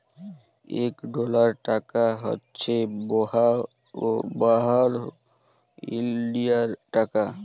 ইক ডলার টাকা হছে বাহাত্তর ইলডিয়াল টাকা